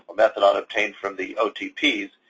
methadone obtained from the otps,